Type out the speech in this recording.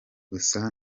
gusa